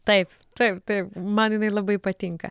taip taip taip man jinai labai patinka